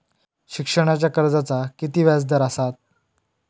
शिक्षणाच्या कर्जाचा किती व्याजदर असात?